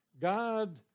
God